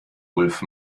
ulf